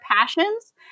passions